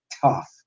tough